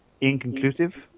inconclusive